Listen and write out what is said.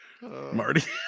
Marty